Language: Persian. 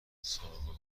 ساقههای